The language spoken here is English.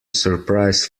surprise